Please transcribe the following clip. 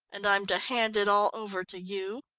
and i'm to hand it all over to you?